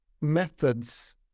methods